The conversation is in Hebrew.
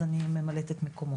אז אני ממלאת את מקומו.